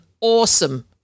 awesome